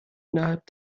innerhalb